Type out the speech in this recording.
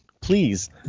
please